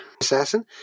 assassin